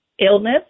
Illness